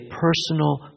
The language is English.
personal